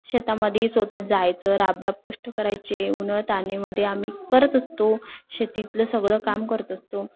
शेतामध्ये स्वत च जायचं राबराब कष्ट करायचे उन्हातानामध्ये आम्ही करत असतो शेतीतलं सगळं काम करत असतो